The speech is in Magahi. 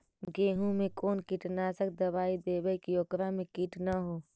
गेहूं में कोन कीटनाशक दबाइ देबै कि ओकरा मे किट न हो?